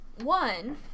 One